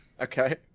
Okay